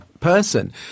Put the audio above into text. person